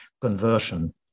conversion